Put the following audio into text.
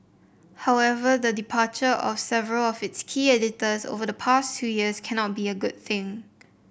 however the departure of several of its key editors over the past two years cannot be a good thing